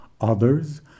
others